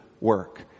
work